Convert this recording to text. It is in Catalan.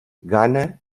ghana